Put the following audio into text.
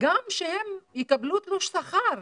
גם שהם יקבלו תלוש שכר,